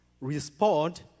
respond